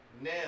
Now